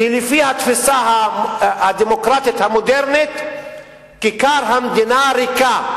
כי לפי התפיסה הדמוקרטית המודרנית כיכר המדינה ריקה,